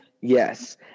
Yes